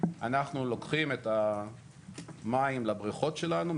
אנחנו לוקחים את המים לבריכות שלנו,